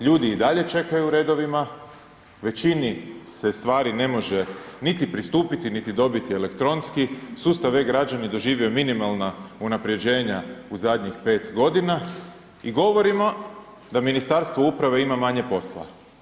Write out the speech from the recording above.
Ljudi i dalje čekaju u redovima, većini se stvari ne može niti pristupiti, niti dobiti elektronski, sustav e-Građani doživio je minimalna unapređenja u zadnjih pet godina i govorimo da Ministarstvo uprave ima manje posla.